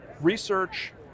research